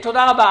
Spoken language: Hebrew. תודה רבה.